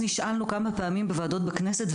נשאלנו כמה פעמים בוועדות בכנסת,